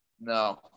No